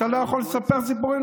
אתה לא יכול לספר סיפורים,